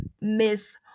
miss